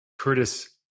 Curtis